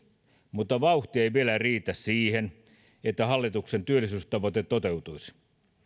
mutta vauhti ei vielä riitä siihen että hallituksen työllisyystavoite toteutuisi